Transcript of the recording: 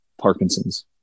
Parkinson's